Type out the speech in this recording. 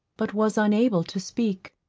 but was unable to speak.